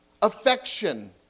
affection